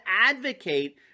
advocate